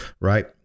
right